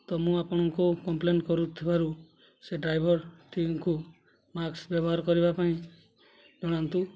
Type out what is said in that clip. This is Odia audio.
ତ ମୁଁ ଆପଣଙ୍କୁ କମ୍ପ୍ଲେନ୍ କରୁଥିବାରୁ ସେ ଡ୍ରାଇଭର୍ଟିକୁ ମାସ୍କ୍ ବ୍ୟବହାର କରିବା ପାଇଁ ଜଣାନ୍ତୁ